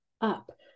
up